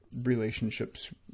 relationships